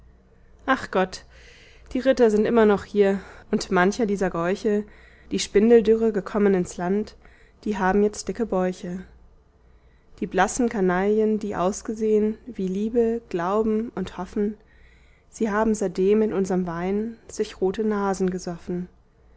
ach gott die ritter sind immer noch hier und manche dieser gäuche die spindeldürre gekommen ins land die haben jetzt dicke bäuche die blassen kanaillen die ausgesehn wie liebe glauben und hoffen sie haben seitdem in unserm wein sich rote nasen gesoffen